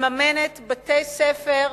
מממנת בתי-ספר,